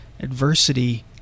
Adversity